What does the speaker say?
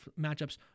matchups